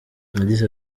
yagize